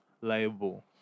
liable